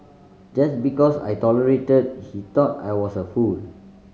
just because I tolerated he thought I was a fool